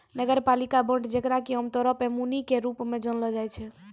नगरपालिका बांड जेकरा कि आमतौरो पे मुनि के रूप मे जानलो जाय छै